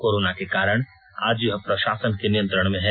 corona के कारण आज यह प्रशासन के नियंत्रण में है